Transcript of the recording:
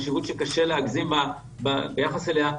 חשיבות שקשה להגזים ביחס אליה,